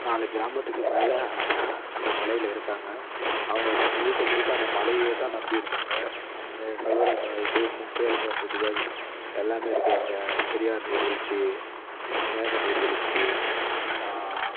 நாலு கிராமத்துக்கு மேலே அந்த மலையில் இருக்காங்க அவங்க முழுக்க முழுக்க அந்த மலையேதான் நம்பி இருக்காங்க அந்த கல்வராயன் மலைக்கு இன்னும் பேருந்து வசதிகள் எல்லாமே இருக்குது அங்கே பெரியார் நீர்வீழ்ச்சி மேக நீர்வீழ்ச்சி